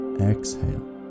exhale